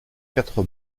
quatre